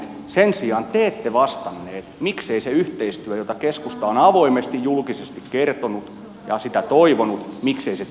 sen sijaan te ette vastanneet miksei se yhteistyö jota keskusta on avoimesti julkisesti tarjonnut ja toivonut teille kelpaa